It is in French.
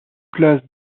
classe